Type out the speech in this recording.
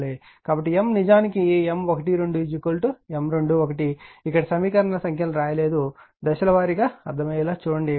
కాబట్టి M నిజానికి M12 M21 ఇక్కడ సమీకరణ సంఖ్యలను వ్రాయలేదు దశల వారీగా అర్థమయ్యేలా చేయండి